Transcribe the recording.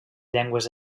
llengües